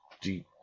deep